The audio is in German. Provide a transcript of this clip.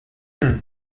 beide